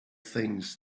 things